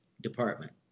department